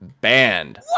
banned